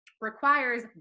requires